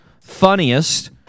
funniest